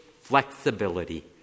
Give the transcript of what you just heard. flexibility